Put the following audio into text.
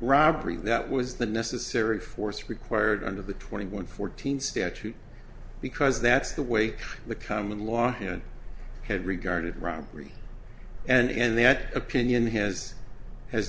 robbery that was the necessary force required under the twenty one fourteen statute because that's the way the common law you know had regarded robbery and that opinion has has